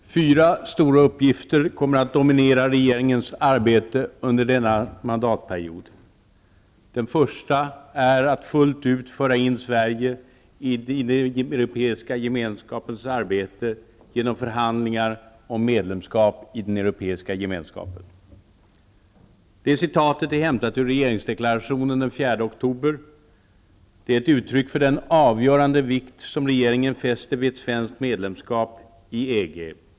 Herr talman! Fyra stora uppgifter kommer att dominera regeringens arbete under denna mandatperiod. Den första är att fullt ut föra in Det citatet är hämtat ur regeringsdeklarationen den 4 oktober och är ett uttryck för den avgörande vikt som regeringen fäster vid ett svenskt medlemsskap i EG.